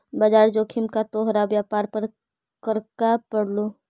बाजार जोखिम का तोहार व्यापार पर क्रका पड़लो